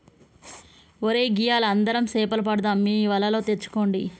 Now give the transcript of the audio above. ఒరై గియ్యాల అందరం సేపలు పడదాం మీ వలలు తెచ్చుకోండి